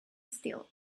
still